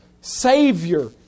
Savior